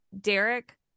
Derek